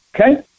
Okay